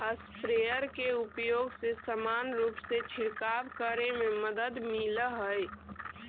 sprayer के उपयोग से समान रूप से छिडकाव करे में मदद मिलऽ हई